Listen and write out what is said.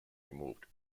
removed